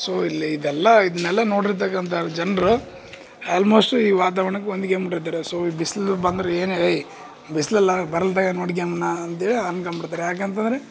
so ಇಲ್ಲಿ ಇದೆಲ್ಲ ಇದನ್ನೆಲ್ಲ ನೋಡಿರ್ತಕ್ಕಂಥ ಜನರು ಆಲ್ಮೋಸ್ಟ್ ಈ ವಾತಾವರ್ಣಕ್ಕೆ ಹೊಂದ್ಕ್ಯಾಮ್ ಬಿಟ್ಟಿರ್ತಾರೆ ಸೋ ಈ ಬಿಸ್ಲು ಬಂದರೆ ಏನೇರೈ ಬಿಸಿಲೆಲ್ಲ ಬರ್ಲ್ದೆ ನೋಡ್ಕ್ಯಂಬ್ನಾ ಅಂತ್ಹೇಳಿ ಅನ್ಕಂಬುಡ್ತಾರೆ ಯಾಕೆ ಅಂತಂದರೆ